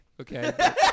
okay